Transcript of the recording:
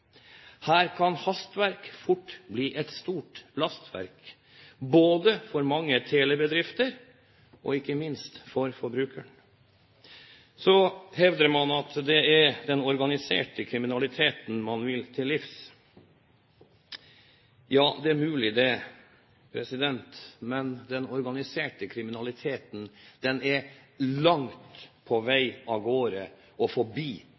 Her kan hastverk fort bli et stort lastverk både for mange telebedrifter og ikke minst for forbrukeren. Så hevder man at det er den organiserte kriminaliteten man vil til livs. Ja, det er mulig det, men den organiserte kriminaliteten er langt av gårde og forbi